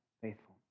faithful